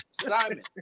Simon